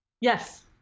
Yes